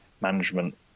management